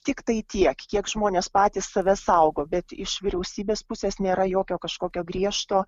tiktai tiek kiek žmonės patys save saugo bet iš vyriausybės pusės nėra jokio kažkokio griežto